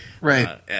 Right